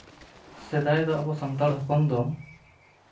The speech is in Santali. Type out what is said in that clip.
ᱥᱮᱫᱟᱭ ᱫᱚ ᱟᱵᱚ ᱥᱟᱱᱛᱟᱲ ᱦᱚᱯᱚᱱ ᱫᱚ